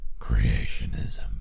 creationism